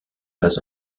pas